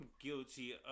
guilty